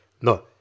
No